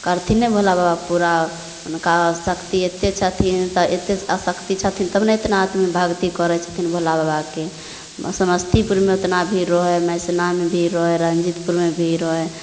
करथिन नहि भोलाबाबा पूरा हुनका शक्ति एतेक छथिन तऽ एतेक अ शक्ति छथिन तब ने एतना आदमी भगती करै छथिन भोलाबाबाके समस्तीपुरमे एतना भीड़ रहै हइ मैसिनामे भी रहै हइ रनजीतपुरमे भी रहै